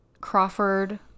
Crawford